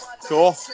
cool